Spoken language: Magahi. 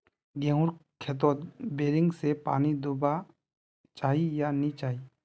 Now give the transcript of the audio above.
गेँहूर खेतोत बोरिंग से पानी दुबा चही या नी चही?